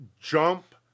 jump